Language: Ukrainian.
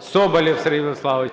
СОБОЛЄВ С.В.